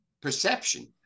perception